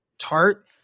tart